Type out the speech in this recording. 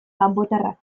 kanpotarrak